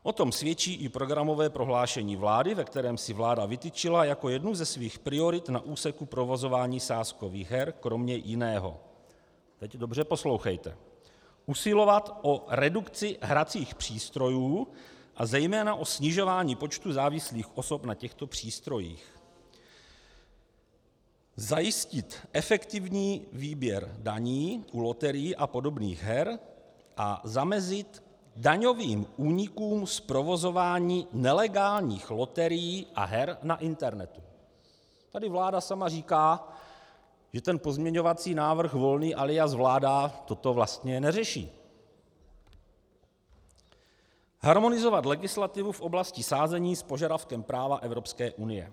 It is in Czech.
O tom svědčí i Programové prohlášení vlády, ve kterém si vláda vytyčila jako jednu ze svých priorit na úseku provozování sázkových her kromě jiného teď dobře poslouchejte usilovat o redukci hracích přístrojů a zejména o snižování počtu závislých osob na těchto přístrojích, zajistit efektivní výběr daní u loterií a podobných her a zamezit daňovým únikům z provozování nelegálních loterií a her na internetu tady vláda sama říká, že pozměňovací návrh Volný alias vláda toto vlastně neřeší harmonizovat legislativu v oblasti sázení s požadavkem práva Evropské unie.